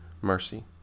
mercy